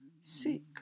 Seek